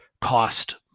cost